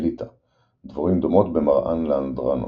מליטה – דבורים דומות במראן לאנדרנות.